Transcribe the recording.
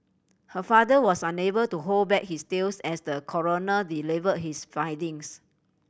her father was unable to hold back his tears as the coroner delivered his findings